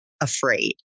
afraid